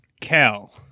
Cal